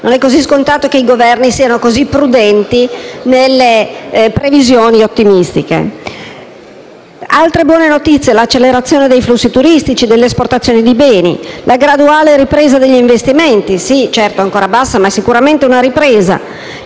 non è così scontato che i Governi siano così prudenti nel fare previsioni ottimistiche. Altre buone notizie sono l'accelerazione dei flussi turistici e dell'esportazione di beni, la graduale ripresa degli investimenti - di certo ancora bassa, ma è sicuramente una ripresa